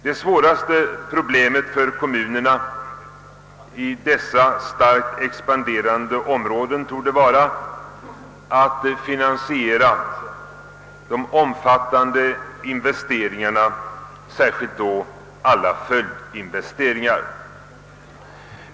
Det svåraste problemet för kommunerna i dessa starkt expanderande områden torde vara att finansiera de omfattande investeringarna, särskilt då alla följdinvesteringar.